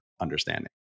understanding